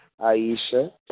Aisha